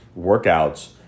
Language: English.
workouts